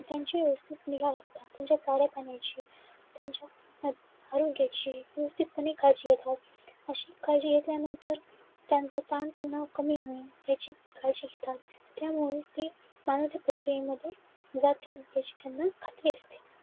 त्यांची व्यवस्थित निगा लागतात त्यांच्या चारा पाण्याची त्यांच्या आरोग्याची व्यवस्थितपणे काळजी घेतात अशी काळजी घेतल्यानंतर त्यांचं ताण त्यांना कमी होई याची काळजी घेतात त्यामुळेच ते मानवतेप्रक्रियेमध्ये जातील याची त्यांना खात्री असतील